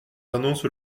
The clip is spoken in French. annonce